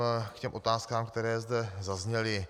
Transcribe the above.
K těm otázkám, které zde zazněly.